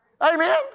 Amen